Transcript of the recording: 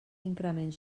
increment